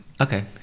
Okay